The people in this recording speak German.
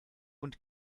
und